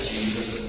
Jesus